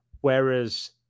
Whereas